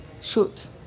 shoot